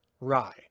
rye